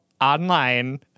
online